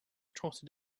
trotted